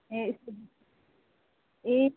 ए ए